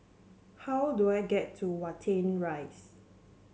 how do I get to Watten Rise